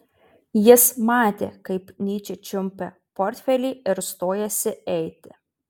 jis matė kaip nyčė čiumpa portfelį ir stojasi eiti